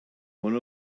one